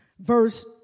Verse